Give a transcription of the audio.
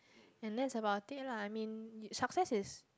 and that's about that lah I mean in success is